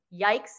yikes